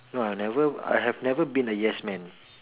no I never I have never been a yes man